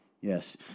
Yes